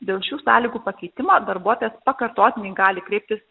dėl šių sąlygų pakeitimo darbuotojas pakartotinai gali kreiptis